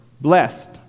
blessed